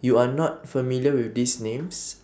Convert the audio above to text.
YOU Are not familiar with These Names